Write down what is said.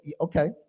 Okay